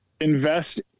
invest